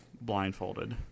blindfolded